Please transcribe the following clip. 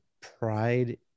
pride